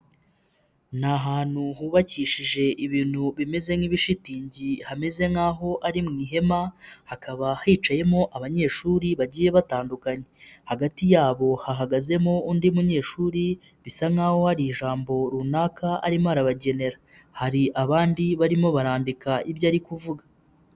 Ni ahantu hubakishije ibintu bimeze nk'ibishitingi hameze nk'aho ari mu ihema hakaba hicayemo abanyeshuri bagiye batandukanye, hagati yabo hahagazemo undi munyeshuri bisa nk'aho hari ijambo runaka arimo arabagenera, hari abandi barimo barandika ibyo ari kuvuga.